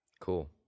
Cool